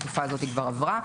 התקופה הזאת כבר עברה.